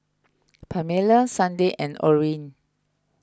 Pamella Sunday and Orin